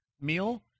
meal